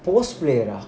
post player